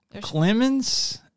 Clemens